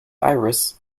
iris